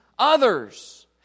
Others